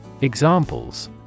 Examples